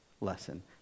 lesson